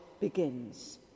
begins